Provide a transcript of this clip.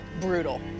brutal